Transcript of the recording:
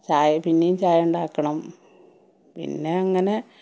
ചായ പിന്നെയും ചായ ഉണ്ടാക്കണം പിന്നെ അങ്ങനെ